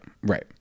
right